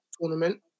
tournament